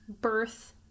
birth